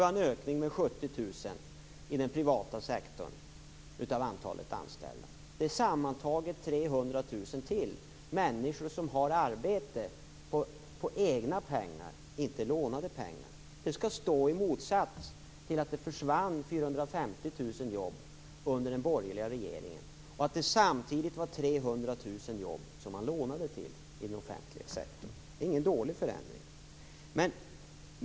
Vi har en ökning av antalet anställda i den privata sektorn med Det är sammantaget 300 000 människor ytterligare som har arbete med egna pengar - inte lånade pengar. Det skall ställas i motsats till att det försvann 450 000 jobb under den borgerliga regeringen och att det samtidigt var 300 000 jobb som man lånade till i den offentliga sektorn. Det är ingen dålig förändring.